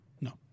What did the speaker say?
No